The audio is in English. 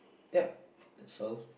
yup that's all